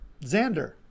xander